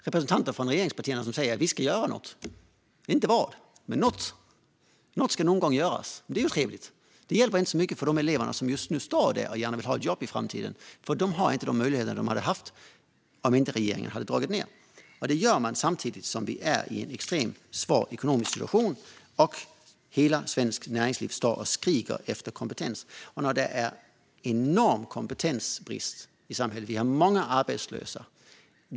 Representanter från regeringspartierna har sagt: Vi ska göra något. Man vet inte vad, men något! Något ska någon gång göras. Det är ju trevligt, men det hjälper inte så mycket för de elever som just nu står där och gärna vill ha ett jobb i framtiden. De har inte de möjligheter de skulle ha haft om inte regeringen hade dragit ned. Och detta gör man samtidigt som vi är i en extremt svår ekonomisk situation och hela det svenska näringslivet står och skriker efter kompetens. Det råder enorm kompetensbrist i samhället, och vi har många arbetslösa.